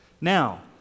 Now